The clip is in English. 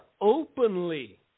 openly